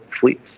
fleets